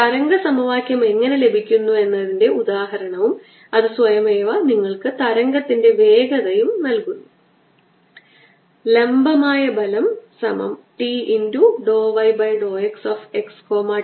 അതിനാൽ ഇത് യഥാർത്ഥത്തിൽ 4 pi C e raise to lambda r r square റദ്ദാക്കുന്നു ഇത് എപ്സിലോൺ 0 ന് മുകളിലുള്ള Q ന് തുല്യമാണ്